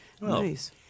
Nice